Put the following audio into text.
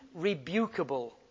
rebukable